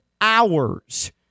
hours